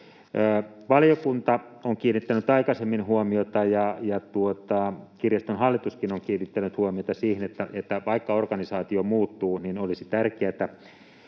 Valiokunta on kiinnittänyt aikaisemmin huomiota ja kirjaston hallituskin on kiinnittänyt huomiota siihen, että vaikka organisaatio muuttuu, olisi tärkeätä,